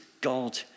God